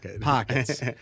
pockets